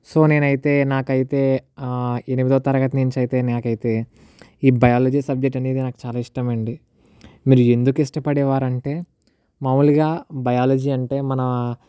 so నేనైతే నాకైతే ఎనిమిదో తరగతి నుంచి అయితే నాకైతే ఈ బయాలజీ సబ్జెక్ట్ అనేది నాకు చాలా ఇష్టం అండి మీరు ఎందుకు ఇష్టపడేవారు అంటే మామూలుగా బయాలజీ అంటే మన